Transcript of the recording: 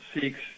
seeks